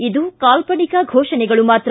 ಇದು ಕಾಲ್ಪನಿಕ ಘೋಷಣೆಗಳು ಮಾತ್ರ